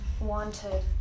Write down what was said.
Wanted